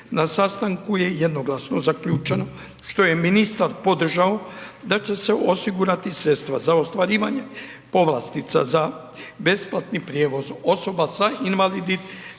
Na sastanku je jednoglasno zaključeno što je ministar podržao da će osigurati sredstva za ostvarivanje povlastica za besplatni prijevoz osoba sa invaliditetom,